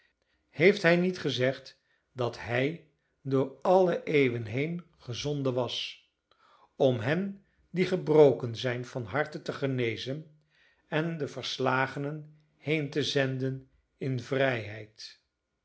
heeft hij niet gezegd dat hij door alle eeuwen heen gezonden was om hen die gebroken zijn van harte te genezen en de verslagenen heen te zenden in vrijheid